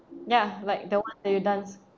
ya like the one that you dance